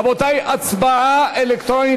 רבותי, הצבעה אלקטרונית.